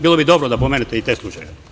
Bilo bi dobro da pomenete i te slučajeve.